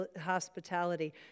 hospitality